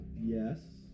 yes